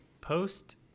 post